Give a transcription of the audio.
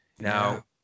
Now